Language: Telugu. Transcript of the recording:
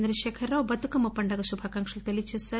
చంద్రశేఖర్ రావు బతుకమ్మ పండుగ శుభాకాంక్షలు తెలిపారు